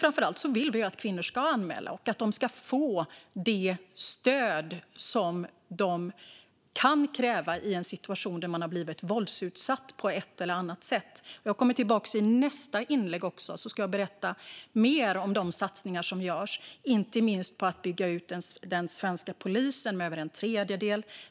Vi vill att kvinnor ska anmäla, och de ska få det stöd de kan kräva när de har blivit våldsutsatta på ett eller annat sätt. Jag ska i nästa inlägg berätta mer om de satsningar som görs, inte minst på att bygga ut den svenska polisen med över en tredjedel.